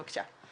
בבקשה.